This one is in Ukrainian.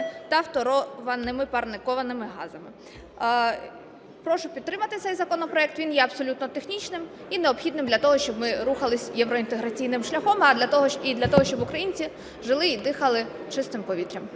та фторованими парниковими газами. Прошу підтримати цей законопроект, він є абсолютно технічним і необхідним для того, щоб ми рухались євроінтеграційним шляхом і для того, щоб українці жили і дихали чистим повітрям.